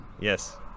yes